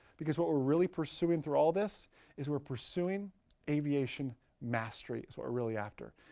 because what we're really pursuing through all this is we're pursuing aviation mastery. it's what we're really after.